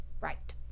right